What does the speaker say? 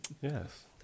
Yes